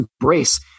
embrace